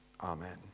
Amen